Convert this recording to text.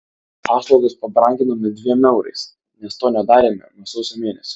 paslaugas pabranginome dviem eurais nes to nedarėme nuo sausio mėnesio